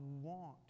want